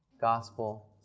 gospel